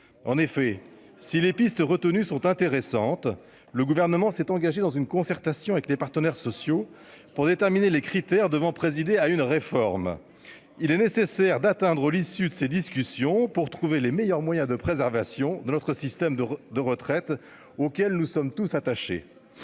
en effet, si les pistes retenues sont intéressantes : le gouvernement s'est engagé dans une concertation avec les partenaires sociaux pour déterminer les critères devant présider à une réforme, il est nécessaire d'atteindre l'issue de ces discussions pour trouver les meilleurs moyens de préservation de notre système de de retraite auquel nous sommes tous attachés